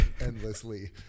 endlessly